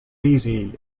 easy